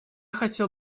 хотел